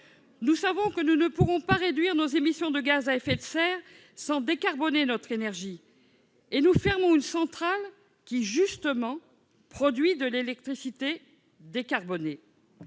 Nous savons que nous ne pourrons pas réduire nos émissions de gaz à effet de serre sans décarboner notre énergie. Et nous fermons une centrale qui, justement, produit de l'électricité décarbonée